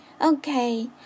Okay